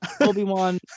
Obi-Wan